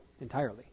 entirely